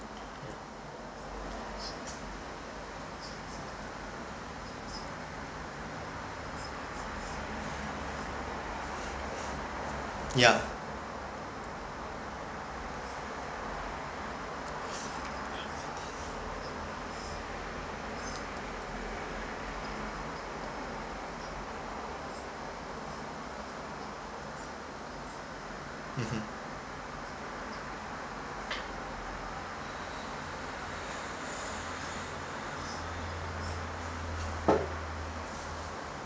yeah mmhmm